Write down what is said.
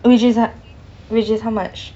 which is ho~ which is how much